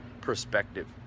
perspective